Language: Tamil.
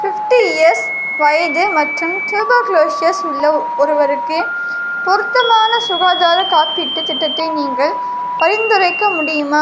ஃபிஃப்டி இயர்ஸ் வயது மற்றும் டியூபர்குலோசிஸ் உள்ள ஒருவருக்கு பொருத்தமான சுகாதார காப்பீட்டுத் திட்டத்தை நீங்கள் பரிந்துரைக்க முடியுமா